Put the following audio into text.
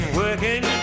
working